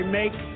make